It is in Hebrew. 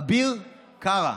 אביר קארה,